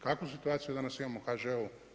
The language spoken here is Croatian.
Kakvu situaciju danas imamo u HŽ-u?